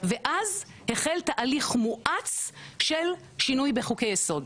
ואז החל תהליך מואץ של שינוי בחוקי יסוד,